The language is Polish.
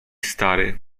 stary